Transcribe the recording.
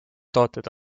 tooted